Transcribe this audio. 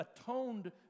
atoned